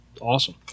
Awesome